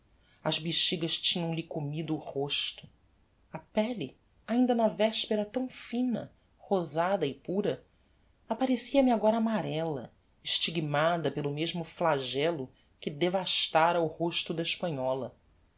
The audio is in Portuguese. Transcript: as bexigas tinham-lhe comido o rosto a pelle ainda na vespera tão fina rosada e pura apparecia me agora amarella stigmada pelo mesmo flagello que devastara o rosto da hespanhola